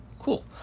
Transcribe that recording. Cool